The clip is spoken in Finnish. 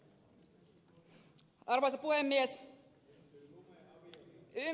arvoisa puhemies